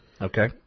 Okay